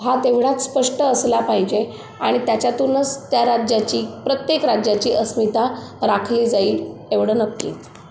हा तेवढाच स्पष्ट असला पाहिजे आणि त्याच्यातूनच त्या राज्याची प्रत्येक राज्याची अस्मिता राखली जाईल एवढं नक्की